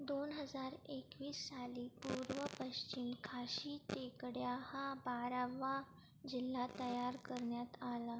दोन हजार एकवीस साली पूर्व पश्चिम खासी टेकड्या हा बारावा जिल्हा तयार करण्यात आला